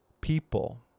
people